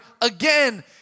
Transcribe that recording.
again